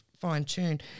fine-tune